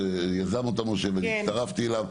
בעקבות הצעה לסדר שיזם משה ואני הצטרפתי אליו.